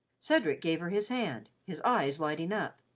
cedric gave her his hand, his eyes lighting up.